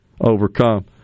overcome